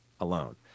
alone